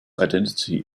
identity